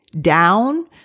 down